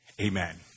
Amen